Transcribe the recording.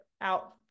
out